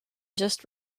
just